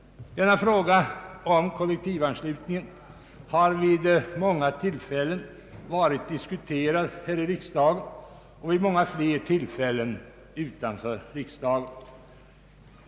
Frågan om kollektivanslutning har vid många tillfällen diskuterats här i riksdagen, och vid många fler tillfällen utanför riksdagen.